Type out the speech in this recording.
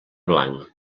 blanc